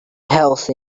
health